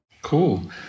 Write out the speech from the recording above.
Cool